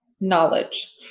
knowledge